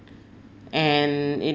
and it